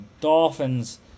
Dolphins